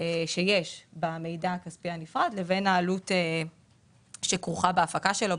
שיש במידע הכספי הנפרד לבין העלות שכרוכה בהפקה שלו,